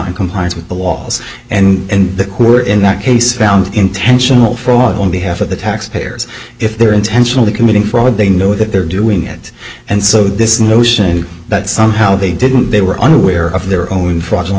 in compliance with the walls and who were in that case found intentional fraud on behalf of the taxpayers if they're intentionally committing fraud they know that they're doing it and so this notion that somehow they didn't they were unaware of their own fraudulent